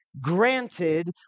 granted